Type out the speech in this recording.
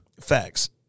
Facts